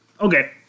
Okay